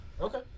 Okay